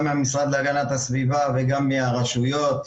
גם מהמשרד להגנת הסביבה וגם מהרשויות.